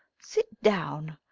sit down.